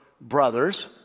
brothers